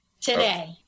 Today